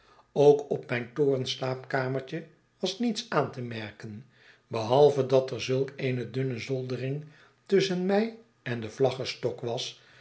ook op mijn torenslaapkamertje was niets aan te merken behalve dat er zulk eene dunne zoldering tusschen mij endenvlaggestok was